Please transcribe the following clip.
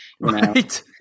Right